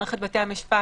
מערכת בתי המשפט,